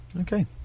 Okay